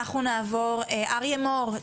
אנחנו נעבור לאריה מור.